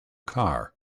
car